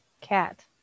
cat